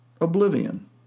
oblivion